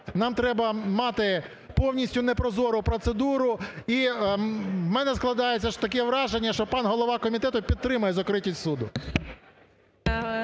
нам треба мати повністю непрозору процедуру. І в мене складається таке враження, що пан голова комітету підтримує закритість суду.